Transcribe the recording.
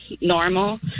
normal